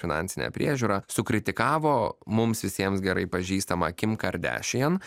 finansinę priežiūrą sukritikavo mums visiems gerai pažįstamą kim kardešijen